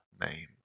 name